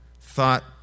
thought